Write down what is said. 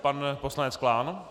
Pan poslanec Klán.